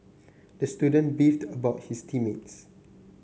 the student beefed about his team mates